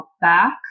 back